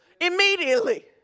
Immediately